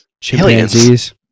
Chimpanzees